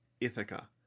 Ithaca